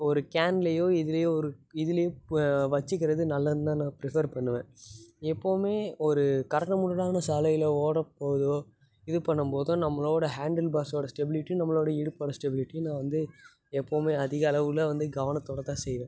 ஒரு கேன்லயோ இதுலையோ ஒரு இதுலையோ வச்சுக்கிறது நல்லது தான் நான் ப்ரிஃபர் பண்ணுவேன் எப்போவுமே ஒரு கரடு முரடான சாலையில ஓட போகுதோ இது பண்ணும் போது நம்மளோட ஹேண்டில் பாக்ஸோட ஸ்டெபிளிட்டி நம்மளோட இடுப்போட ஸ்டெபிளிட்டி நான் வந்து எப்போவுமே அதிக அளவில் வந்து கவனத்தோட தான் செய்வேன்